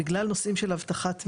בגלל הנושאים של אבטחת מידע,